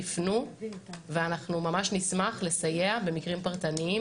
תיפנו ואנחנו ממש נשמח לסייע במקרים פרטניים,